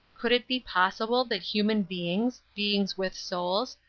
could it be possible that human beings, beings with souls,